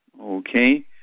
Okay